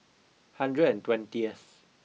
hundred and twentieth